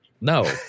No